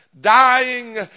dying